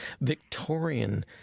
Victorian